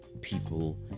people